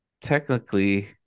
technically